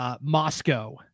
Moscow